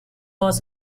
was